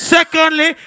Secondly